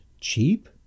cheap